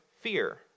fear